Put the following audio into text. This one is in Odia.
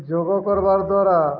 ଯୋଗ କରବାର୍ ଦ୍ୱାରା